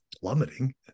plummeting